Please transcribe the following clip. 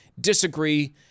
disagree